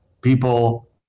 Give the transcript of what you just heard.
people